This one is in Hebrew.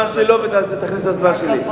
מהזמן שלו, ותכניס לזמן שלי.